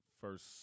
first